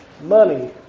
money